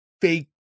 fake